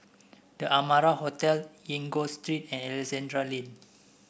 The Amara Hotel Enggor Street and Alexandra Lane